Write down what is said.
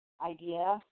idea